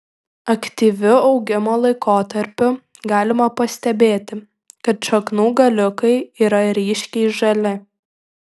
aktyviu augimo laikotarpiu galima pastebėti kad šaknų galiukai yra ryškiai žali